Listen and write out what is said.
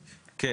כן.